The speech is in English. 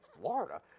Florida